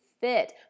Fit